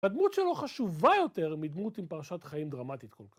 ‫הדמות שלו חשובה יותר ‫מדמות עם פרשת חיים דרמטית כל כך.